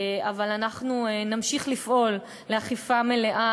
אבל אנחנו נמשיך לפעול לאכיפה מלאה,